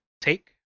take